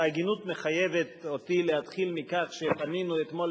ההגינות מחייבת אותי להתחיל מכך שפנינו אתמול